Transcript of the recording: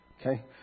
Okay